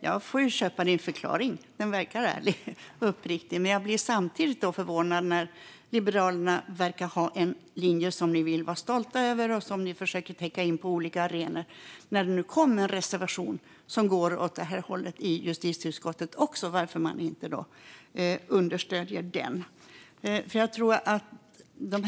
Jag får köpa din förklaring. Den verkar ärlig och uppriktig. Samtidigt blir jag förvånad när Liberalerna verkar ha en linje som de vill vara stolta över och försöker täcka in på olika arenor. Men när det nu kommit en reservation i justitieutskottet som går åt det här hållet undrar jag varför de inte stöder den.